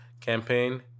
campaign